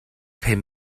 pum